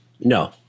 No